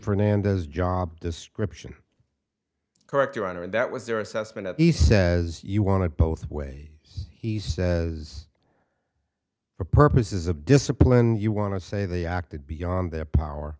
fernando's job description correct your honor and that was their assessment he says you want to both way he says for purposes of discipline you want to say they acted beyond their power